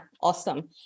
Awesome